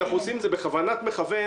אנחנו עושים את זה בכוונת מכוון,